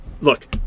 look